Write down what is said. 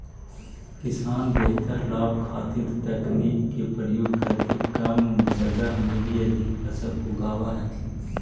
किसान बेहतर लाभ खातीर तकनीक के प्रयोग करके कम जगह में भी अधिक फसल उगाब हथिन